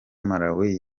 malawi